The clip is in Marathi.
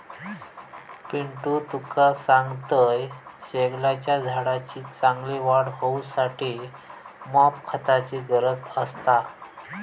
पिंटू तुका सांगतंय, शेगलाच्या झाडाची चांगली वाढ होऊसाठी मॉप खताची गरज असता